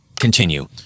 Continue